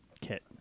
kit